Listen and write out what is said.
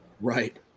Right